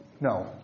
No